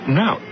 now